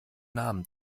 namen